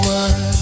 one